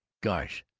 gosh,